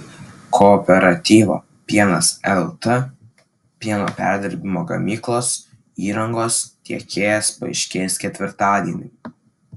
kooperatyvo pienas lt pieno perdirbimo gamyklos įrangos tiekėjas paaiškės ketvirtadienį